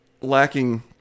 lacking